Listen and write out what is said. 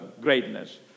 greatness